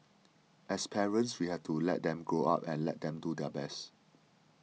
as parents we have to let them grow up and let them do their best